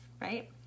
right